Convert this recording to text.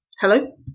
Hello